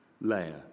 layer